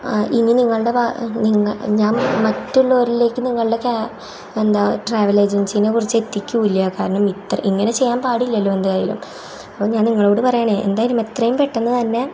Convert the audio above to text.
ഇനി നിങ്ങളുടെ ഭാ നിങ്ങൾ ഞാൻ മറ്റുള്ളവരിലേക്ക് നിങ്ങളുടെ ക്യാ എന്താ ട്രാവൽ ഏജെൻസീനെക്കുറിച്ചെത്തിക്കില്ല കാരണം ഇത്ര ഇങ്ങനെ ചെയ്യാൻ പാടില്ലല്ലോ എന്തായാലും അപ്പം ഞാൻ നിങ്ങളോടു പറയുകയാണ് എന്തായാലും എത്രെയും പെട്ടെന്ന് തന്നെ